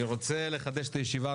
אני רוצה לחדש את הישיבה.